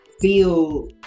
feel